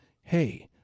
Hey